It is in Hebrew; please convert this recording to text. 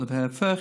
ולהפך,